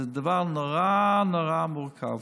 זה דבר נורא נורא מורכב,